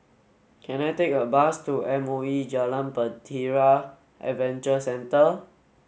can I take a bus to M O E Jalan Bahtera Adventure Centre